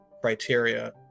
criteria